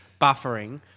buffering